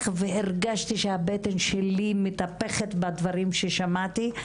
והרגשתי שהבטן שלי מתהפכת מהדברים ששמעתי,